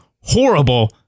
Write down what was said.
horrible